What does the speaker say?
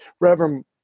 Reverend